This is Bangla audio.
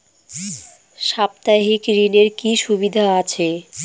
সাপ্তাহিক ঋণের কি সুবিধা আছে?